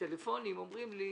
והטלפונים אומרים לי: